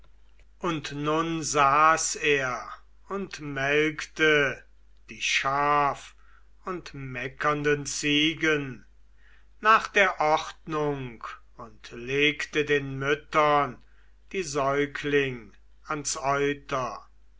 emporhub jetzo saß er und melkte die schaf und meckernden ziegen nach der ordnung und legte den müttern die säugling ans